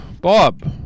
Bob